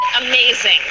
amazing